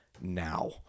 now